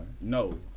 No